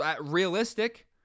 realistic